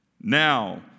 Now